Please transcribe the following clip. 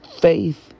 faith